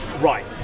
Right